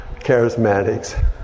charismatics